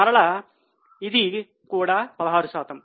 మరలా ఇది 16 శాతం